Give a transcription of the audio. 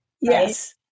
Yes